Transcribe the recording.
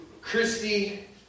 Christy